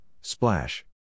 splash